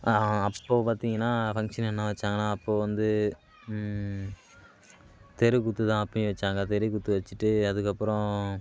அப்போது பார்த்தீங்கன்னா ஃபங்க்ஷன் என்ன வச்சாங்கன்னா அப்போது வந்து தெருக்கூத்து தான் அப்போயும் வச்சாங்க தெருக்கூத்து வெச்சுட்டு அதுக்கப்புறம்